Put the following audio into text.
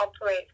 operate